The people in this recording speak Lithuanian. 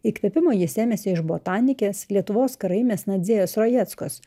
įkvėpimo ji sėmėsi iš botanikės lietuvos karaimės nadzėjos rajeckos